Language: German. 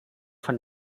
von